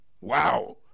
Wow